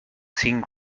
cinc